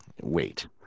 wait